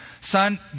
son